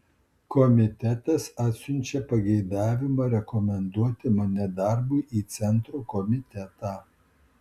komitetas atsiunčia pageidavimą rekomenduoti mane darbui į centro komitetą